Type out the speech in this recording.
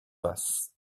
face